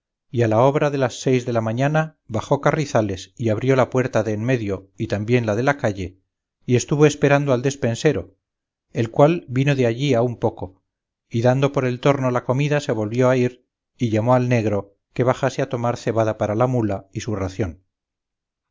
y a obra de las seis de la mañana bajó carrizales y abrió la puerta de en medio y también la de la calle y estuvo esperando al despensero el cual vino de allí a un poco y dando por el torno la comida se volvió a ir y llamó al negro que bajase a tomar cebada para la mula y su ración